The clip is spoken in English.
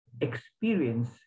experience